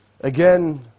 Again